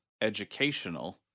educational